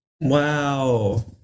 Wow